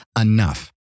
enough